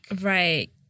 Right